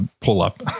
pull-up